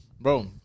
Bro